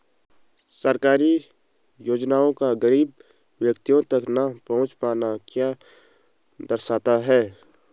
सरकारी योजनाओं का गरीब व्यक्तियों तक न पहुँच पाना क्या दर्शाता है?